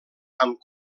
amb